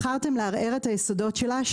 בחרתם לערער את היסודות שלה,